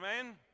amen